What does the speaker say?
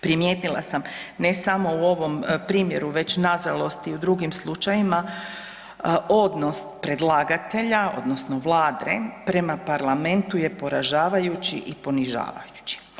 Primijetila sam ne samo u ovom primjeru već nažalost i u drugim slučajevima odnos predlagatelja odnosno Vlade prema Parlamentu je poražavajući i ponižavajući.